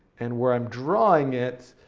and where i'm drawing it,